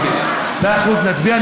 מאה אחוז, נצביע.